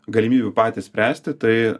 galimybių patys spręsti tai